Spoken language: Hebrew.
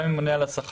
גם עם הממונה על השכר.